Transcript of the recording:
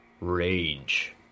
Rage